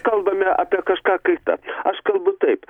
kalbame apie kažką kitą aš kalbu taip